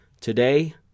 today